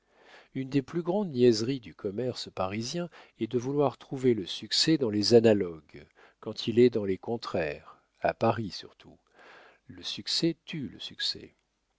une des plus grandes niaiseries du commerce parisien est de vouloir trouver le succès dans les analogues quand il est dans les contraires a paris surtout le succès tue le succès